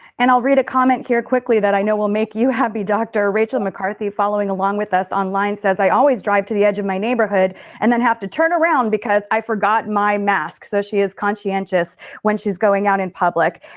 and i will read a comment here quickly that i know that will make you happy, rachel mccarthy following along with us on lines as i always drive to the edge of my neighbourhood and then have to turn around because i forgot my mask. so she is conscientious when she is going out in public.